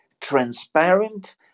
transparent